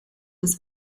des